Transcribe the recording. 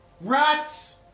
RATS